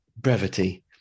brevity